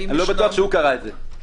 אני לא בטוח שהוא קרא את זה.